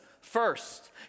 first